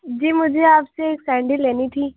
جی مجھے آپ سے ایک سینڈل لینی تھی